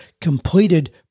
completed